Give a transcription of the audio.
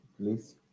please